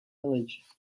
village